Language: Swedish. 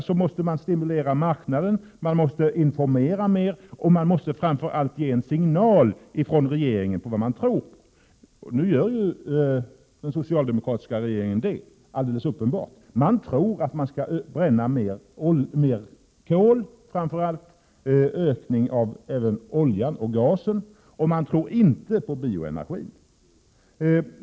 Då måste man stimulera marknaden och informera mer, och framför allt måste regeringen ge en signal om vad man tror. Nu gör ju den socialdemokratiska regeringen alldeles uppenbart det. Man tror att det framför allt skall brännas mer kol och att det skall bli en ökning även när det gäller olja och gas. Men man tror inte på bioenergi.